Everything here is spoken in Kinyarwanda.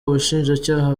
ubushinjacyaha